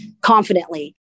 confidently